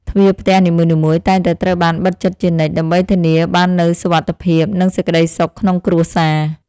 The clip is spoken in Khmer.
ទ្វារផ្ទះនីមួយៗតែងតែត្រូវបានបិទជិតជានិច្ច ដើម្បីធានាបាននូវសុវត្ថិភាព និងសេចក្តីសុខក្នុងគ្រួសារ។